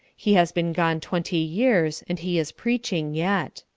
he has been gone twenty years, and he is preaching yet.